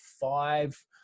five